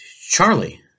Charlie